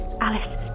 Alice